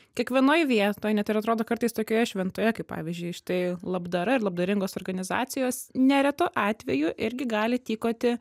kiekvienoj vietoj net ir atrodo kartais tokioje šventoje kaip pavyzdžiui štai labdara ir labdaringos organizacijos neretu atveju irgi gali tykoti